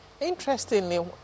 Interestingly